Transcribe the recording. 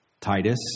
Titus